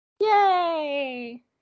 Yay